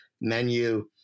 menu